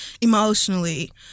emotionally